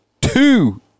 two